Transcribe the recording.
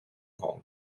kong